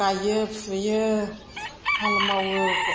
गायो फुयो हाल मावो